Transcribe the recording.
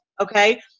Okay